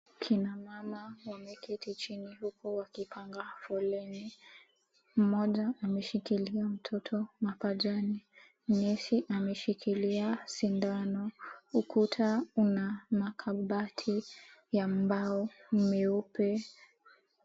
Kina mama wameketi chini huku wakipanga foleni . Mmoja ameshikilia mtoto mapajani , Nesi ameshikilia sindano. Ukuta una makabati ya mbao meupe.